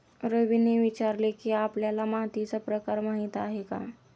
रवीने विचारले की, आपल्याला मातीचा प्रकार माहीत आहे का?